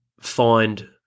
find